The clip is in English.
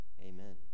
Amen